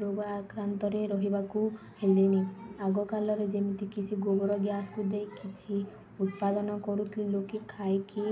ରୋଗ ଆକ୍ରାନ୍ତରେ ରହିବାକୁ ହେଲେଣି ଆଗକାଲରେ ଯେମିତି କିଛି ଗୋବର ଗ୍ୟାସ୍କୁ ଦେଇ କିଛି ଉତ୍ପାଦନ କରୁଥିଲୁ କି ଖାଇକି